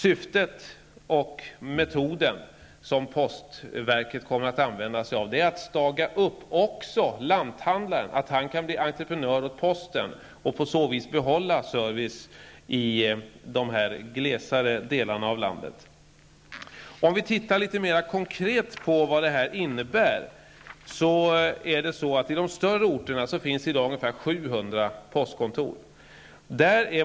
Syftet och metoden som postverket kommer att använda sig av är att staga upp också lanthandlaren, så att han kan bli entreprenör åt posten och på så vis behålla service i de glesare delarna av landet. Om vi tittar litet mera konkret på vad detta innebär, ser vi att det på de större orterna finns ungefär 700 postkontor.